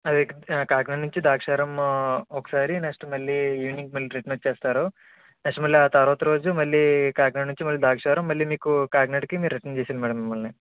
అది ఆ కాకినాడ నుంచి ద్రాక్షారం ఒకసారి నెక్స్ట్ మళ్ళీ ఈవెనింగ్ మళ్ళీ రిటర్న్ వచ్చేస్తారు నెక్స్ట్ మళ్ళీ ఆ తర్వాత రోజు మళ్ళీ కాకినాడ నుంచి మళ్ళీ ద్రాక్షారం మళ్ళీ మీకు కాకినాడకి మీరు రిటర్న్ చేసేయండి మ్యాడమ్ మిమ్మల్ని